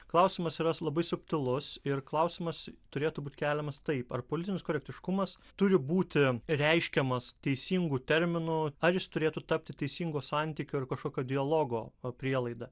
klausimas yra labai subtilus ir klausimas turėtų būti keliamas taip ar politinis korektiškumas turi būti reiškiamas teisingu terminu ar jis turėtų tapti teisingo santykio ar kažkokio dialogo prielaida